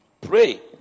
Pray